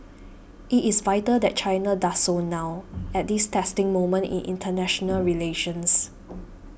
it is vital that China does so now at this testing moment in international relations